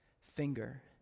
finger